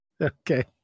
okay